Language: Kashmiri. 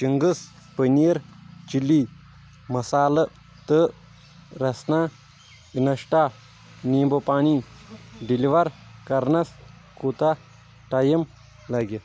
چِنٛگس پٔنیٖر چِلی مسالہٕ تہٕ رسنا اِنشٹا نیٖمبوٗ پانی ڈیلیور کرنَس کوٗتاہ ٹایم لَگہِ؟